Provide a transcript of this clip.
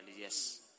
Yes